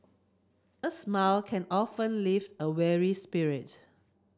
a smile can often lift a weary spirit